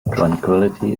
tranquillity